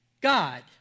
God